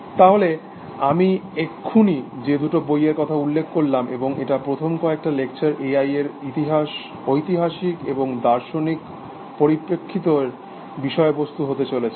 তাহলে আমি এক্ষুনি যে দুটো বইয়ের কথা উল্লেখ করলাম এবং এটা প্রথম কয়েকটা লেকচার এআই এর ঐতিহাসিক এবং দার্শনিক পরিপ্রেক্ষিত এর বিষয়বস্তু হতে চলেছে